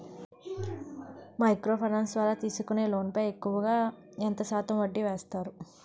Micro finance ద్వారా తీసుకునే loan పై ఎక్కువుగా ఎంత శాతం వడ్డీ వేస్తారు?